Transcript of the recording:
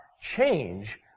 change